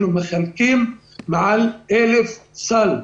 אנחנו מחלקים מעל 1,000 סלי מזון,